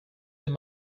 they